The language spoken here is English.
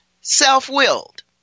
self-willed